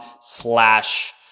slash